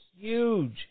huge